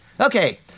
Okay